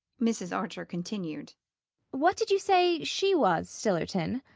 mrs. archer continued what did you say she was, sillerton?